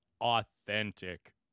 authentic